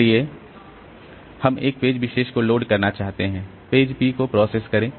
इसलिए हम एक पेज विशेष को लोड करना चाहते हैं इसलिए P को प्रोसेस करें